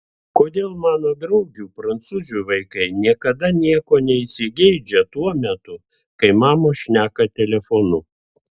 kodėl mano draugių prancūzių vaikai niekada nieko neįsigeidžia tuo metu kai mamos šneka telefonu